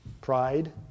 Pride